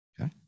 Okay